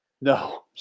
No